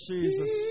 Jesus